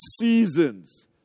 seasons